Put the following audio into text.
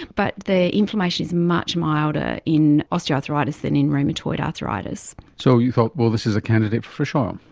but the inflammation is much milder in osteoarthritis than in rheumatoid arthritis. so you thought, well, this is a candidate for fish um